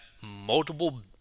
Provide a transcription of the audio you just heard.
multiple